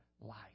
life